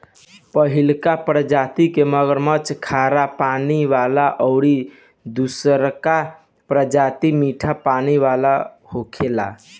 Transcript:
पहिलका प्रजाति के मगरमच्छ खारा पानी वाला अउरी दुसरका प्रजाति मीठा पानी वाला होखेला